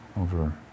over